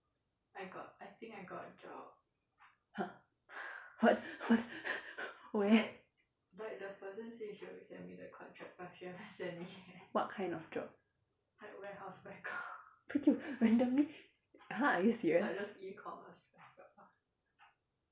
!huh! what what where what kind of job randomly !huh! are you serious